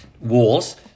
walls